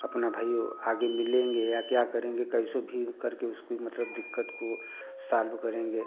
अपना भाई ओ आगे मिलेंगे या क्या करेंगे कैसे भी करके उसकी मतलब दिक्कत को साल्व करेंगे